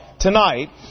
Tonight